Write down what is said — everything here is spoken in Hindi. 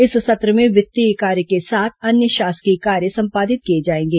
इस सत्र में वित्तीय कार्य के साथ अन्य शासकीय कार्य संपादित किए जाएंगे